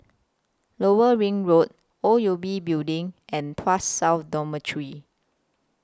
Lower Ring Road O U B Building and Tuas South Dormitory